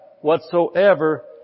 whatsoever